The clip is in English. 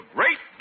Great